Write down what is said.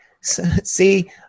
see